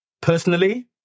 Personally